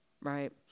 right